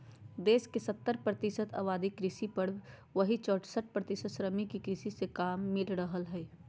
देश के सत्तर प्रतिशत आबादी कृषि पर, वहीं चौसठ प्रतिशत श्रमिक के कृषि मे काम मिल रहल हई